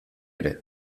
ere